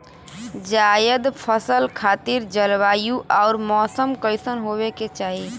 जायद फसल खातिर जलवायु अउर मौसम कइसन होवे के चाही?